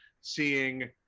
seeing